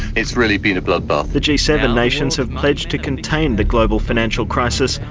it's really been a bloodbath, the g seven nations have pledged to contain the global financial crisis,